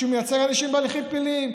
הוא מייצג אנשים בהליכים פליליים,